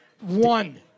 One